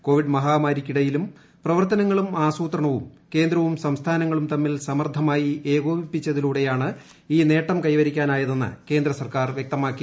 Covid മഹാമാരിക്കിടയിലും പ്രവർത്തനങ്ങളും ആസൂത്രണവും കേന്ദ്രവും സംസ്ഥാനങ്ങളും തമ്മിൽ സമർത്ഥമായി ഏകോപിപ്പിച്ചതിലൂടേയാണ് ഈ നേട്ടം കൈവരിക്കാനായതെന്ന് കേന്ദ്രസർക്കാർ വ്യക്തമാക്കി